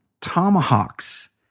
tomahawks